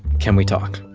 can we talk?